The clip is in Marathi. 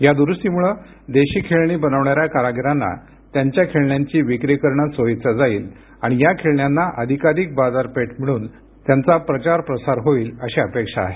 या दुरूस्तीमुळे देशी खेळणी बनविणाऱ्या कारागिरांना त्यांच्या खेळण्यांची विक्री करणे सोयीचे जाईल आणि या खेळण्यांना अधिकाधिक बाजारपेठ मिळून त्यांचा प्रचार प्रसार होईल अशी अपेक्षा आहे